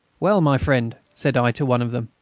well, my friend, said i to one of them,